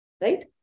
right